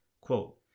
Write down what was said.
Quote